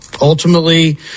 ultimately